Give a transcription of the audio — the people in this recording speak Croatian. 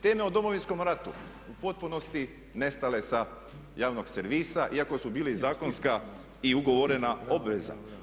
Teme o Domovinskom ratu u potpunosti nestale sa javnog servisa iako su bili zakonska i ugovorena obveza.